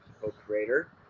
co-creator